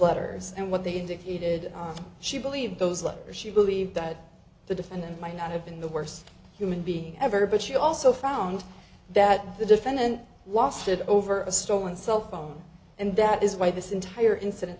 letters and what they indicated she believed those letters she believed that the defendant might not have been the worst human being ever but she also found that the defendant lost it over a stolen cell phone and that is why this entire incident